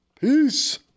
Peace